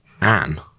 Anne